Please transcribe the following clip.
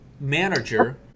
Manager